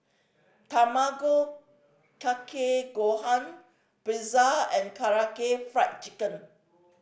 Tamago Kake Gohan Pretzel and Karaage Fried Chicken